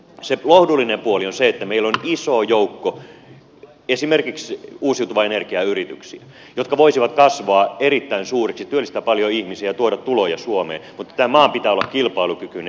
se lohdullinen puoli on se että meillä on iso joukko esimerkiksi uusiutuvan energian yrityksiä jotka voisivat kasvaa erittäin suuriksi työllistää paljon ihmisiä tuoda tuloja suomeen mutta tämän maan pitää olla kilpailukykyinen